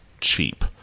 cheap